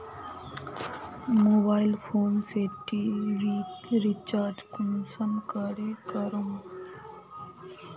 Mobile phone से TV recharge कुंसम करे करूम?